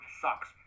sucks